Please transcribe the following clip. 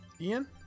Ian